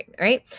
right